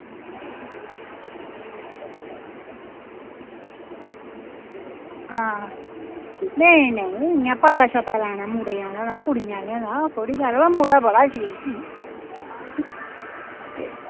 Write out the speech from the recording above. हां नेईं नेईं इयां पता शता लैना मुड़े आह्लें दा कुड़ी आह्लें दा मुड़ा बडा शरीफ ही ते